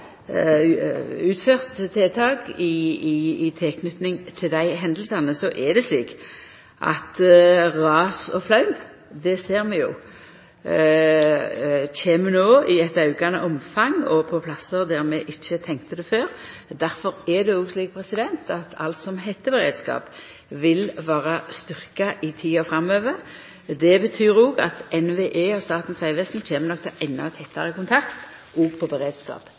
Ras og flaum ser vi no kjem i eit aukande omfang og på plassar der vi før ikkje tenkte at det kom. Difor vil alt som heiter beredskap, vera styrkt i tida framover. Det betyr òg at NVE og Statens vegvesen nok kjem til å ha endå tettare kontakt òg når det gjeld beredskap,